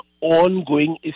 ongoing